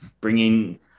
bringing –